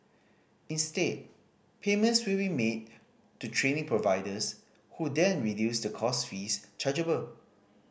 instead payments will be made to training providers who then reduce the course fees chargeable